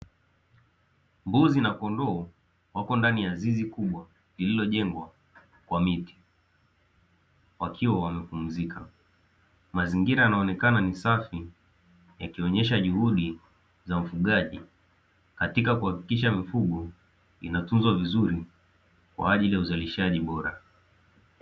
Mbuzi na kondoo wapo ndani ya zizi kubwa lililojengwa kwa miti, wakiwa wamepunzika, mazingira yanaonekana ni safi yakiongeza juhudi za ufugaji katika kuhakikisha mifugo inatuzwa vizuri katika uzalishaji bora.